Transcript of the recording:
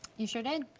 you sure did.